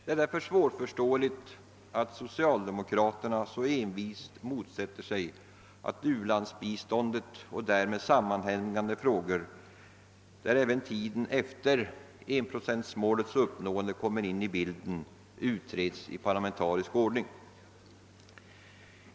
Det är därför svårförståeligt att socialdemokraterna så envist motsätter sig att u-landsbiståndet och därmed sammanhängande frågor, där även tiden efter enprocentsmålets uppnående kommer in i bilden, utreds genom en parlamentarisk utredning.